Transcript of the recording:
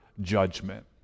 judgment